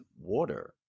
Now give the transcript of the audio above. water